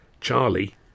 Charlie